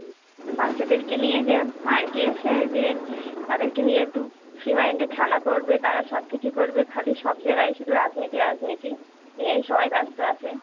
হুম বাচ্চাদেরকে নিয়ে যে পার্কে এসে যে তাদেরকে নিয়ে একটু ফ্রি মাইন্ডে খেলা করবে তারা সব কিছু করবে খালি সব জায়গায় শুধু রাজনীতি রাজনীতি নিয়েই সবাই ব্যস্ত আছে